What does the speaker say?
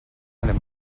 anem